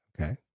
Okay